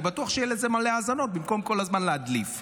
אני בטוח שיהיו לזה מלא האזנות במקום כל הזמן להדליף.